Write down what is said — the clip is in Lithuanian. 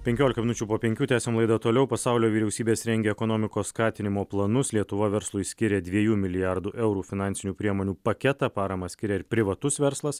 penkiolika minučių po penkių tęsiam laidą toliau pasaulio vyriausybės rengia ekonomikos skatinimo planus lietuva verslui skiria dviejų milijardų eurų finansinių priemonių paketą paramą skiria ir privatus verslas